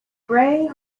grey